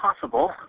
possible